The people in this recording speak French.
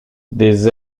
des